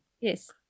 Yes